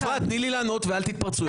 אפרת, תיתני לי לענות ואל תתפרצו יותר.